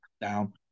down